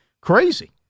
crazy